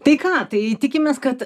tai ką tai tikimės kad